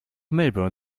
melbourne